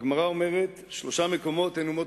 הגמרא אומרת: שלושה מקומות אין אומות